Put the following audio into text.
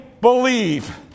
believe